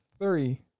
three